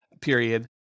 period